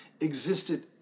existed